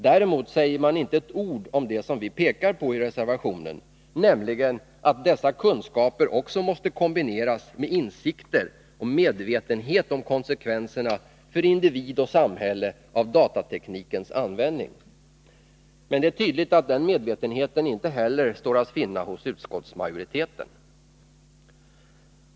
Däremot säger man inte ett ord om det som vi pekar på i reservationen, nämligen att dessa kunskaper också måste kombineras med insikter och medvetenhet om konsekvenserna för individ och samhälle av datateknikens användning. Men det är tydligt att den medvetenheten inte heller står att finna hos utskottsmajoriteten.